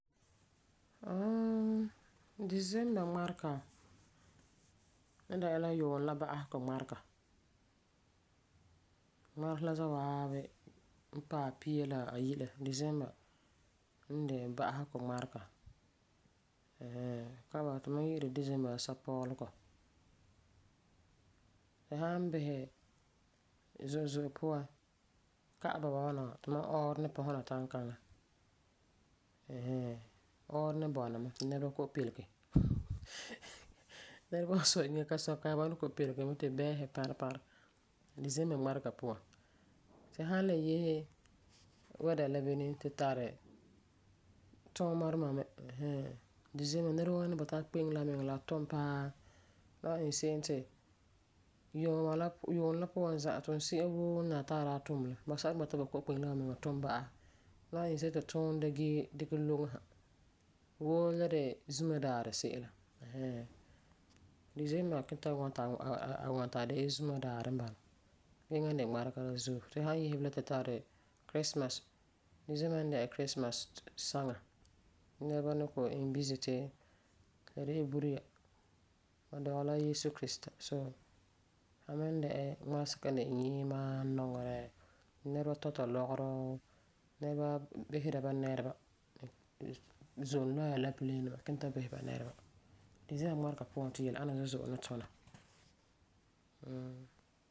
December ŋmarega ni dɛna la yuunɛ la ba'asegɔ ŋmarega. Ŋmaresi la za'a waabi n paɛ pia la bayi, December de ba'asegɔ ŋmarega. Kalam bɔba tumam yi'iri December la Sapɔlɔgɔ. Tu san bisɛ zo'e zo'e puan, kalam bɔba na wa, tumam ɔɔrɔ ni pɔsɛ la sankaŋa. Ɛɛn hɛɛn Ɔɔrɔ ni bɔna mɛ ti nɛreba kɔ'ɔm pelege. Nɛreba san sɔ' inŋa ka kaam ba ni pelege mɛ ti bɛɛsi pãrɛ pãrɛ. December ŋmarega puan, tu san le yese wɛda la bini tu tari tuuuma duma me ɛɛn hɛɛn. December nɛrawoo ni bɔta ti akpeŋe la amiŋa la a tum paa. La wan iŋɛ se'em ti yuuma la yuunɛ la puan woo n nari ti a daa tum la, basɛba ni bɔta ti ba kɔ'ɔm kpeŋe la bamia tum ba'asɛ. La wan iŋɛ se'em ti tuunɛ da gee dikɛ loŋe sa. Wuu la de zumadaarɛ se'em la. Ɛɛn hɛɛn. December kiŋɛ ta kiŋɛ ta ŋwɔna ti a de la zumadaarɛ n bala. Eŋa n de ŋmarega la zuo. Tu san yese bila tu tari christmas. December n ni di'a christmas saŋa. Nɛreba ni kɔ'ɔm bizi ti la dela bureya. Ba dɔgɛ la Yeesu Kireseta soo a ni dɛna la ŋmaresɛka n ni dɛna nyiima, nɔŋerɛ, ti nɛreba tɔta lɔgerɔ, nɛreba bisera ba nɛreba. Zɔna lɔa la pilen duma kina bisera ba nɛreba.